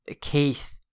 keith